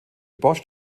bosch